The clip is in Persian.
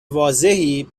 واضحی